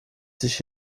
sich